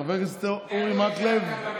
חבר הכנסת אמיר אוחנה,